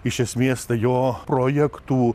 iš esmės tai jo projektų